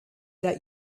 that